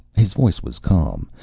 his voice was calm,